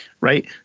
right